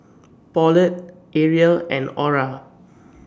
Pauletta Ariel and Aura